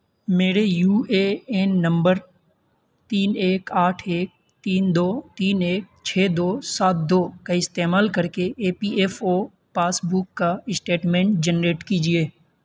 میرے U A N نمبر تین ایک آٹھ ایک تین دو تین ایک چھ دو سات دو کا استعمال کر کے E P F O passbook کا اسٹیٹمنٹ جنریٹ کیجیے